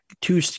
Two